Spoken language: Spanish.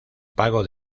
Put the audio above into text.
pago